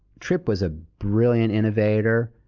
trippe was a brilliant innovator,